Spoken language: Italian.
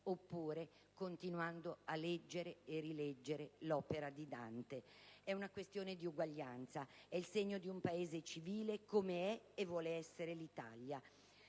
oppure continuando a leggere e rileggere l'opera di Dante. È una questione di uguaglianza. È il segno di un Paese civile come è e vuole essere l'Italia.